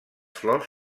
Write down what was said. flors